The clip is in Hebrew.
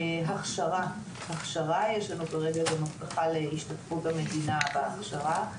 יש לנו כרגע גם הבטחה להשתתפות המדינה בהכשרה.